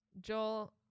Joel